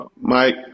Mike